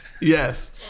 Yes